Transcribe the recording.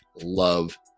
love